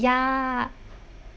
ya